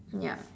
yup